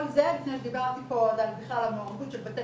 כל זה לפני שדיברתי פה על מעורבות של בתי